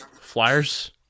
Flyers